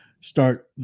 start